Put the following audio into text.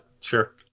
sure